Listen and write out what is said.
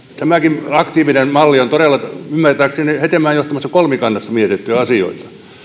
tämäkin aktiivinen malli on todella ymmärtääkseni hetemäen johtamassa kolmikannassa mietittyjä asioita